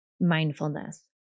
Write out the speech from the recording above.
mindfulness